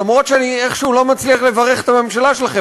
למרות שאני איכשהו לא מצליח לברך את הממשלה שלכם.